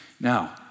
Now